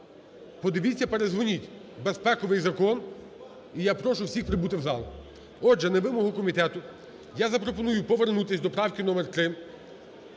Подивіться, передзвоніть. Безпековий закон, і я прошу всіх прибути в зал. Отже, на вимогу комітету, я запропоную повернутися до правки № 3.